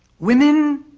women